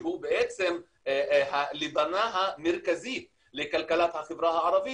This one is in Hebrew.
שהוא הלבנה המרכזית לכלכלת החברה הערבית,